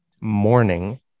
morning